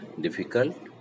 difficult